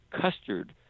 custard